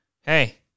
Hey